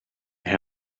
they